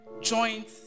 joint